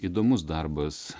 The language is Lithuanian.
įdomus darbas